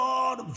Lord